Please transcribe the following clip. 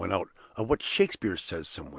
of what shakespeare says somewhere,